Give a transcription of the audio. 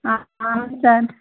అవును సార్